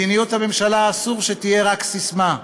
מדיניות הממשלה אסור שתהיה רק ססמה.